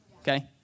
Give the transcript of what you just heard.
okay